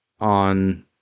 on